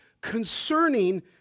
concerning